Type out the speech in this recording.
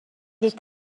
est